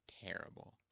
terrible